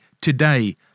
today